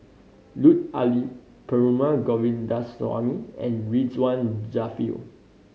Lut Ali Perumal Govindaswamy and Ridzwan Dzafir